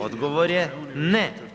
Odgovor je ne.